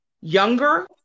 younger